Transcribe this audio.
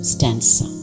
Stanza